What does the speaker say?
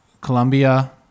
Colombia